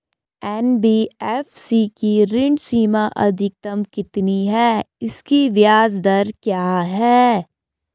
NBFC की ऋण सीमा अधिकतम कितनी है इसकी ब्याज दर क्या है?